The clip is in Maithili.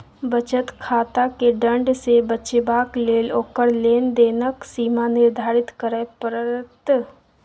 बचत खाताकेँ दण्ड सँ बचेबाक लेल ओकर लेन देनक सीमा निर्धारित करय पड़त